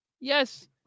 Yes